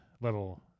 level